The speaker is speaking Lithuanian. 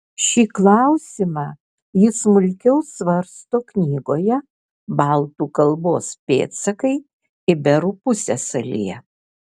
šį klausimą ji smulkiau svarsto knygoje baltų kalbos pėdsakai iberų pusiasalyje